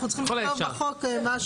אנחנו צריכים לכתוב בחוק משהו.